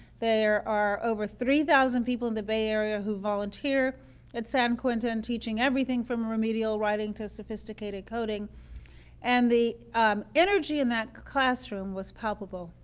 there are over three thousand people in the bay area who volunteer teaching at san quentin, teaching everything from remedial writing to sophisticated coding and the energy in that classroom was palpable.